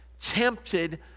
tempted